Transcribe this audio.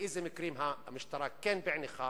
באילו מקרים המשטרה כן פענחה?